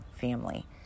family